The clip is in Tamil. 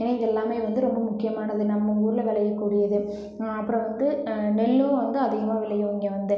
ஏன்னால் இது எல்லாமே வந்து ரொம்ப முக்கியமானது நம்ம ஊரில் விளையக்கூடியது அப்புறம் வந்து நெல்லும் வந்து அதிகமாக விளையும் இங்கே வந்து